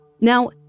Now